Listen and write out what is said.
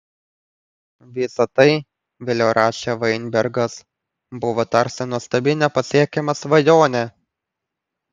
visa tai vėliau rašė vainbergas buvo tarsi nuostabi nepasiekiama svajonė